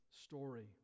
story